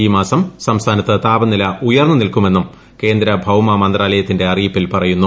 ഈ മാസം സംസ്ഥാനത്ത് താപനില ഉയർന്നു നിൽക്കുമെന്നും കേന്ദ്ര ഭൌമ മന്ത്രാലയത്തിന്റെ അറിയിപ്പിൽ പറയുന്നു